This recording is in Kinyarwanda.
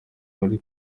bari